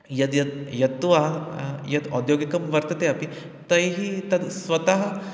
यद्यद् यद्वा यत् औद्योगिकं वर्तते अपि तैः तद् स्वतः